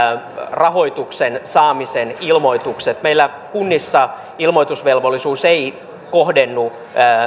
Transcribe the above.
rahoituksen saamisen ilmoitukset meillä kunnissa ilmoitusvelvollisuus ei kohdennu